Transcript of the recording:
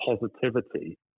positivity